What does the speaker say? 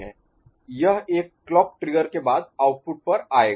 यह एक clock trigger के बाद आउटपुट पर आएगा